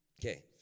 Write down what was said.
Okay